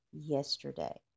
yesterday